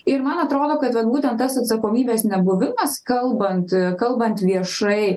ir man atrodo kad vat būtent tas atsakomybės nebuvimas kalbant kalbant viešai